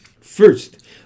First